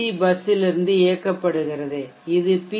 C பஸ்ஸிலிருந்து இயக்கப்படுகிறது இது பி